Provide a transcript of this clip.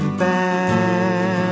bad